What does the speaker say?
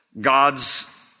God's